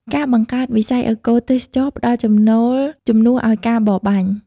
ការបង្កើតវិស័យអេកូទេសចរណ៍ផ្តល់ចំណូលជំនួសឱ្យការបរបាញ់។